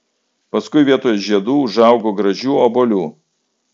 paskui vietoj žiedų užaugo gražių obuolių